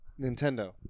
Nintendo